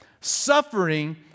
suffering